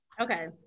okay